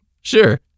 Sure